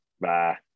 Bye